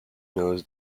knows